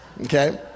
Okay